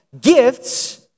gifts